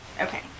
Okay